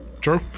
True